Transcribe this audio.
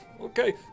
Okay